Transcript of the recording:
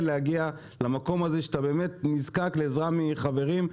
להגיע למקום הזה שאתה נזקק לעזרה מחברים.